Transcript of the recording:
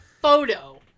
photo